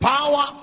Power